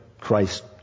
Christ